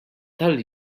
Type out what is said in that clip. tal